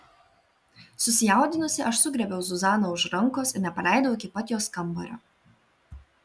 susijaudinusi aš sugriebiau zuzaną už rankos ir nepaleidau iki pat jos kambario